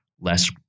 less